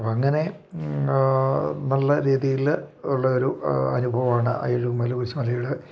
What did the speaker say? അപ്പം അങ്ങനെ നല്ല രീതിയിൽ ഉള്ള ഒരു അനുഭവമാണ് യേഴുമല കുരുശുമലയുടെ